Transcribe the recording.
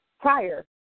prior